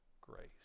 grace